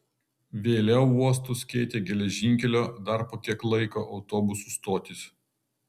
vėliau uostus keitė geležinkelio dar po kiek laiko autobusų stotys